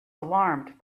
alarmed